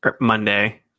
Monday